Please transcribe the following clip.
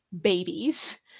babies